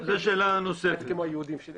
ואז הוא ענה לי שאוטוטו יש מהפכה בכל העניין הזה,